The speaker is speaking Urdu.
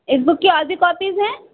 اس بک کی اور بھی کاپیز ہیں